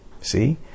See